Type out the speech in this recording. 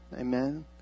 amen